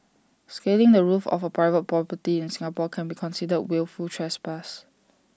scaling the roof of A private property in Singapore can be considered wilful trespass